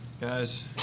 guys